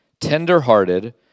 tender-hearted